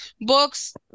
books